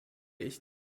ich